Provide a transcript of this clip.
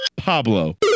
Pablo